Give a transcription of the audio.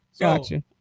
gotcha